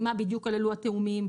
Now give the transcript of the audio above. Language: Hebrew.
מה בדיוק כללו התיאומים,